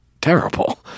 terrible